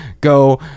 go